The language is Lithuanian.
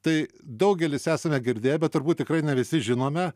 tai daugelis esame girdėję bet turbūt tikrai ne visi žinome